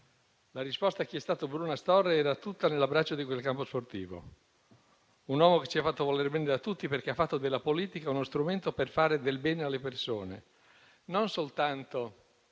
alla domanda su chi è stato Bruno Astorre era tutta nell'abbraccio di quel campo sportivo: un uomo che si è fatto voler bene da tutti perché ha fatto della politica uno strumento per fare del bene alle persone, non soltanto